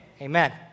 Amen